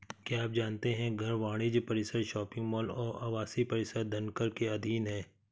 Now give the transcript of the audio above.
क्या आप जानते है घर, वाणिज्यिक परिसर, शॉपिंग मॉल और आवासीय परिसर धनकर के अधीन हैं?